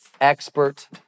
expert